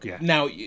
Now